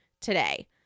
today